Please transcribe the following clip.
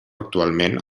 actualment